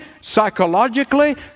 psychologically